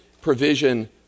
provision